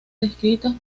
descritos